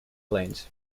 plains